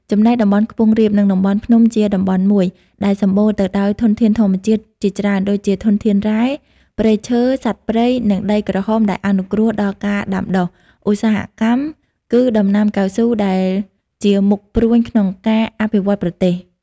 ចំណែកតំបន់ខ្ពងរាប និងតំបន់ភ្នំជាតំបន់មួយ ដែលសំម្បូរទៅដោយធនធានធម្មជាតិជាច្រើនដូចជាធនធានរ៉ែ ព្រៃឈើ សត្វព្រៃ និងដីក្រហមដែលអនុគ្រោះដល់ការដាំដុះ ឧស្សាហកម្ម គឺដំណាំកៅស៊ូដែលជាមុខព្រួញក្នុងការអភិវឌ្ឍប្រទេស។